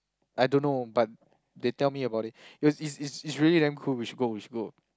I don't know but they tell me about it it was is is is really damn cool we should go we should go